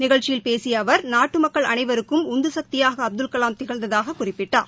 நிகழ்ச்சியில் பேசிய அவர் நாட்டு மக்கள் அனைவருக்கும் உந்துசக்தியாக அப்துல்கலாம் திகழ்ந்ததாகக் குறிப்பிட்டார்